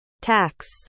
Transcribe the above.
Tax